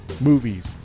movies